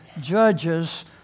judges